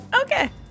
okay